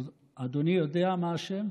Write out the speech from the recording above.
אדוני יודע מה השם?